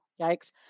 yikes